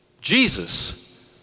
Jesus